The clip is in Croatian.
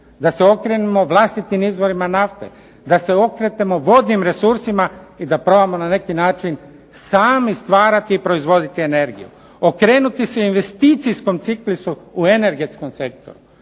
da se okrenemo vlastitim izvorima nafte, da se okrenemo vodnim resursima i da probamo na neki način sami stvarati i proizvoditi energiju, okrenuti se investicijskom ciklusu u energetskom sektoru.